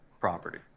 property